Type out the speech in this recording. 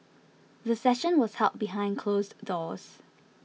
the session was held behind closed doors